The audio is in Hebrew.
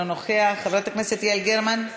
אינו נוכח, חברת הכנסת יעל גרמן,